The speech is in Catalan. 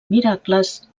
miracles